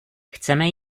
chceme